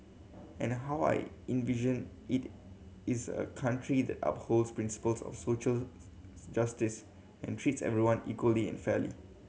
and how I envision it is a country that upholds principles of social justice and treats everyone equally and fairly